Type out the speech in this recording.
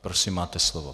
Prosím, máte slovo.